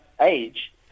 age